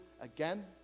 again